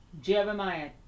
Jeremiah